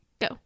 go